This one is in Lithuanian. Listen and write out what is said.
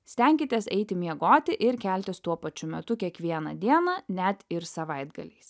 stenkitės eiti miegoti ir keltis tuo pačiu metu kiekvieną dieną net ir savaitgaliais